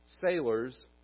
sailors